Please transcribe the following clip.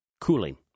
cooling